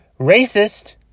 racist